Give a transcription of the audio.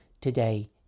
today